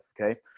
Okay